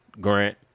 Grant